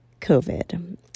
COVID